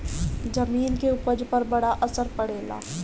जमीन के उपज पर बड़ा असर पड़ेला